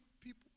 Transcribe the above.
people